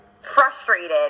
frustrated